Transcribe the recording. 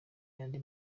y’andi